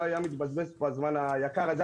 ולא היה מתבזבז פה הזמן היקר הזה.